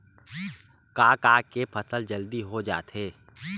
का का के फसल जल्दी हो जाथे?